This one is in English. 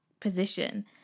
position